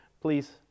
please